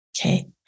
Okay